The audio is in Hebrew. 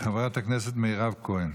חברת הכנסת מירב כהן.